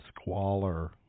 squalor